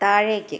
താഴേക്ക്